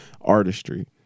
artistry